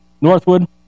Northwood